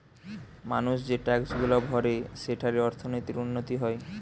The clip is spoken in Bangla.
মানুষ যে ট্যাক্সগুলা ভরে সেঠারে অর্থনীতির উন্নতি হয়